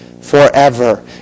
forever